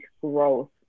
growth